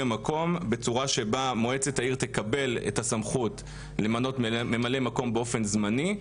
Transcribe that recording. המקום בצורה שבה מועצת העיר תקבל את הסמכות למנות ממלא מקום באופן זמני,